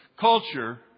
culture